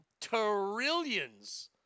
trillions